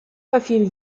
verfiel